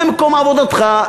זה מקום עבודתך,